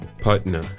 partner